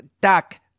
duck